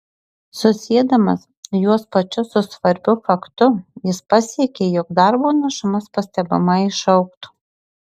susiedamas juos pačius su svarbiu faktu jis pasiekė jog darbo našumas pastebimai išaugtų